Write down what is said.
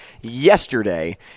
yesterday